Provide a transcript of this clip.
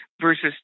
versus